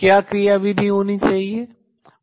क्या क्रियाविधि होनी चाहिए